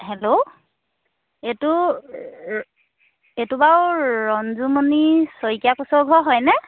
hello এইটো এইটো বাৰু ৰঞ্জুমণি শইকীয়া কোঁচৰ ঘৰ হয়নে